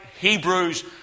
Hebrews